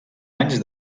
anys